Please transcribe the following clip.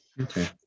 okay